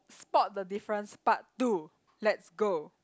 spot the difference part two let's go